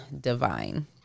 divine